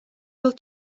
all